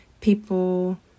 people